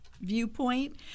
viewpoint